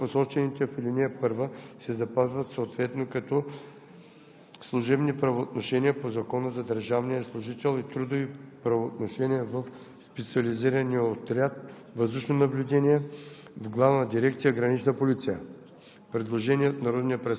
в Специализирания отряд „Въздушно наблюдение“ в Главна дирекция „Гранична полиция“, извън посочените в ал. 1, се запазват съответно като служебни правоотношения по Закона за държавния служител и трудови правоотношения в Специализирания отряд